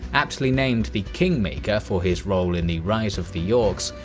aptly nicknamed the kingmaker for his role in the rise of the yorks,